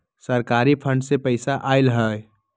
सरकारी फंड से पईसा आयल ह?